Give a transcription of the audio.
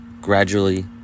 Gradually